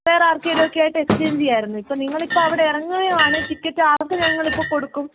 വേറെ ആർക്കെങ്കിലും ഒക്കെ ആയിട്ട് എക്സ്ചെയ്ഞ്ച് ചെയ്യാമായിരുന്നു ഇപ്പോൾ നിങ്ങൾ ഇപ്പോൾ അവിടെ ഇറങ്ങുകയാണ് ടിക്കറ്റ് ആർക്ക് ഞങ്ങൾ ഇപ്പോൾ കൊടുക്കും